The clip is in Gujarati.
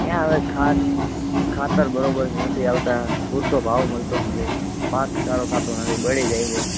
ક્યાં હવે ખાતર બરાબર નથી આવતા પૂરતો ભાવ મળતો નથી પાક સારો થાતો નથી બળી જાય છે